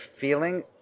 feeling